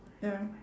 ya